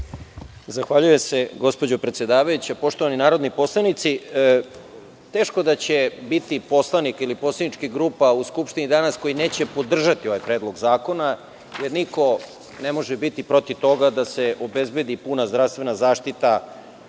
Zahvaljujem se gospođo predsedavajuća. Poštovani narodni poslanici, teško da će biti poslanika ili poslaničkih grupa u Skupštini danas, koji neće podržati ovaj predlog zakona, jer niko ne može biti protiv toga da se obezbedi puna zdravstvena zaštita